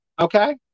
okay